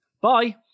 bye